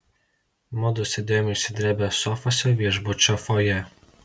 mudu sėdėjom išsidrėbę sofose viešbučio fojė